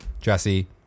Jesse